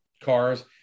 cars